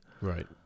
Right